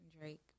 Drake